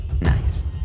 Nice